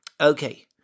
okay